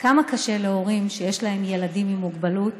כמה קשה להורים שיש להם ילדים עם מוגבלות